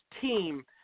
team